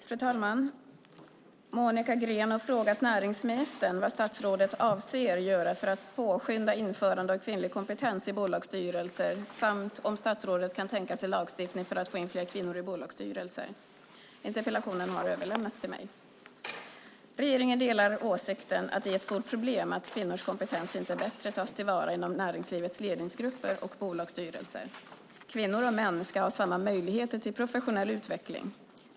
Fru talman! Monica Green har frågat näringsministern vad statsrådet avser att göra för att påskynda införande av kvinnlig kompetens i bolagsstyrelser samt om statsrådet kan tänka sig lagstiftning för att få in fler kvinnor i bolagsstyrelser. Interpellationen har överlämnats till mig. Regeringen delar åsikten att det är ett stort problem att kvinnors kompetens inte bättre tas till vara inom näringslivets ledningsgrupper och bolagsstyrelser. Kvinnor och män ska ha samma möjligheter till professionell utveckling.